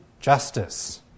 justice